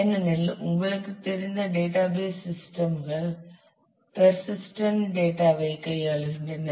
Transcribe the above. ஏனெனில் உங்களுக்குத் தெரிந்த டேட்டாபேஸ் சிஸ்டம்கள் பேர்சிஸ்டன்ட் டேட்டா ஐ கையாளுகின்றன